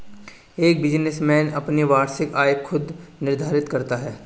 एक बिजनेसमैन अपनी वार्षिक आय खुद निर्धारित करता है